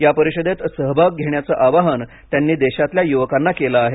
या परिषदेत सहभाग घेण्याचं आवाहन त्यांनी देशातल्या युवकांना केलं आहे